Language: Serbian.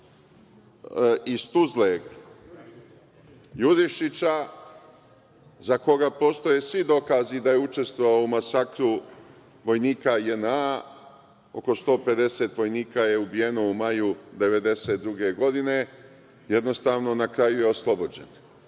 iz Tuzle, Jurišića, za koga postoje svi dokazi da je učestvovao u masakru vojnika JNA, oko 150 vojnika je ubijeno u maju 1992. godine, jednostavno na kraju je oslobođen.